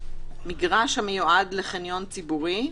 מגרש המיועד לחניון ציבורי.